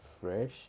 fresh